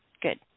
Good